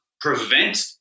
prevent